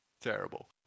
Terrible